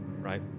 right